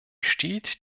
steht